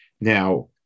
Now